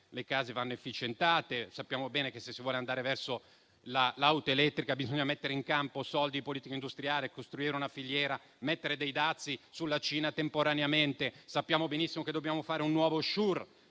le case vanno efficientate. Sappiamo bene che, se si vuole andare verso l'auto elettrica, bisogna mettere in campo soldi e politica industriale e costruire una filiera. Bisogna mettere dazi temporanei sulla Cina. Sappiamo benissimo che dobbiamo fare un nuovo Sure,